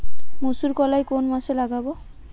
মুসুর কলাই কোন মাসে লাগাব?